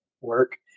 work